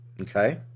Okay